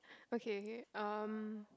okay okay um